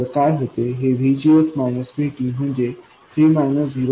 तर काय होते हे VGS VTम्हणजे 3 0